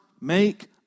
make